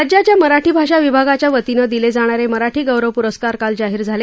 राज्याच्या मराठी भाषा विभागाच्या वतीनं दिले जाणारे मराठी गौरव प्रस्कार काल जाहीर झाले